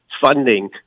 funding